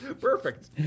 Perfect